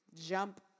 jump